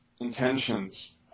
intentions